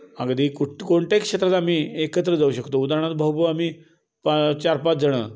अगदी कुठं कोणत्याही क्षेत्रात आम्ही एकत्र जाऊ शकतो उदाहरणार्थ भाऊभाऊ आम्ही पा चार पाच जणं